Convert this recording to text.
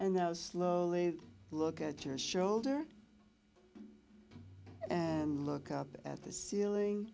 and now slowly look at your shoulder and look up at the ceiling